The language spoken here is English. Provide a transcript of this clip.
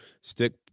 stick